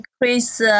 increase